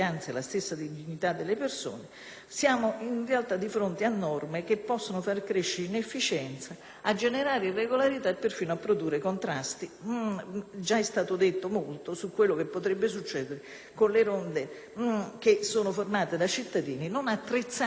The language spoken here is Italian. generare irregolarità e perfino produrre contrasti. Già è stato detto molto su quello che potrebbe succedere con le ronde formate da cittadini, non attrezzati, nemmeno mentalmente e professionalmente, a svolgere il lavoro delle forze dell'ordine.